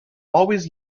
always